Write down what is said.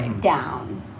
down